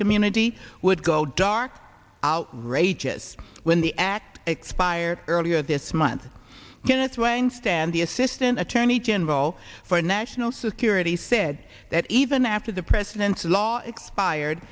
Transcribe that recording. immunity would go dark outrageous when the act expired earlier this month kenneth wayne stan the assistant attorney general for national security said that even after the president's law expired